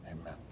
Amen